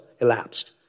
elapsed